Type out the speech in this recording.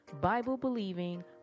Bible-believing